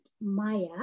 Maya